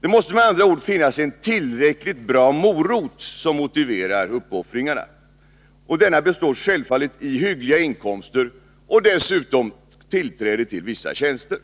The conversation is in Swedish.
Det måste med andra ord finnas en tillräckligt bra morot som motiverar uppoffringarna. Denna består självfallet i hyggliga inkomster och dessutom tillträde till vissa tjänster.